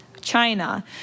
China